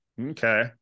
okay